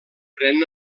pren